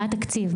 מה התקציב?